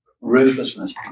ruthlessness